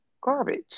garbage